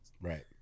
Right